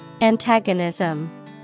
Antagonism